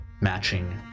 matching